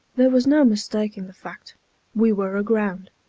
there was no mistaking the fact we were aground.